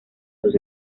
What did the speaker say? sus